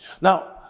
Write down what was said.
now